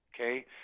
okay